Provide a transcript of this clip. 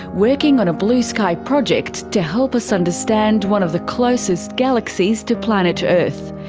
working on a blue-sky project to help us understand one of the closest galaxies to planet earth,